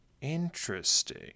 Interesting